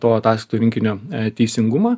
to ataskaitų rinkinio teisingumą